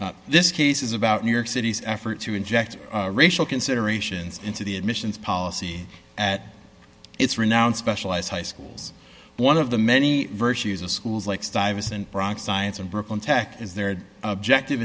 education this case is about new york city's effort to inject racial considerations into the admissions policy at its renowned specialized high schools one of the many virtues of schools like stuyvesant bronx science and brooklyn tech is their objective